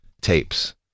tapes